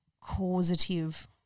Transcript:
causative